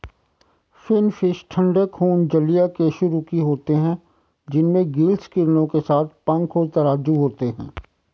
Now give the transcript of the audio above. finfish ठंडे खून जलीय कशेरुकी होते हैं जिनमें गिल्स किरणों के साथ पंख और तराजू होते हैं